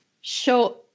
show